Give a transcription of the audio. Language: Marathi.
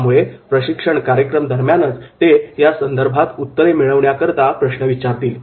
त्यामुळे प्रशिक्षण कार्यक्रम दरम्यानच ते यासंदर्भात उत्तरे मिळवण्याकरिता प्रश्न विचारतील